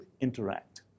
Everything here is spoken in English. interact